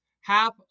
Half